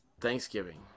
Thanksgiving